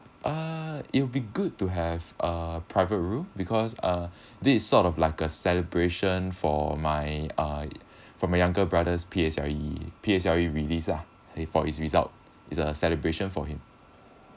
uh it'll be good to have a private room because uh this is sort of like a celebration for my uh for my younger brothers P_S_L_E P_S_L_E release ah before his result it's a celebration for him